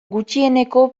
gutxieneko